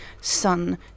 sun